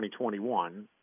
2021